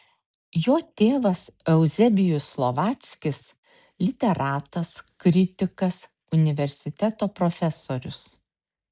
jo tėvas euzebijus slovackis literatas kritikas universiteto profesorius